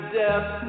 death